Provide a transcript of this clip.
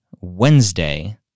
Wednesday